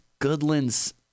Goodland's